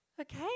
Okay